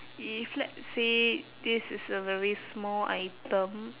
if let's say this is a very small item